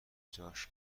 جاش